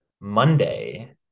Monday